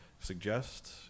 Suggest